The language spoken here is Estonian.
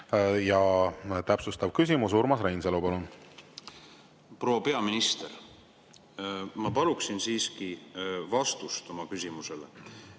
Täpsustav küsimus, Urmas Reinsalu, palun! Proua peaminister, ma paluksin siiski vastust oma küsimusele.